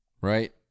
right